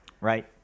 Right